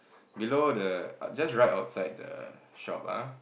below the that's right upside the shop ah